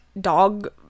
dog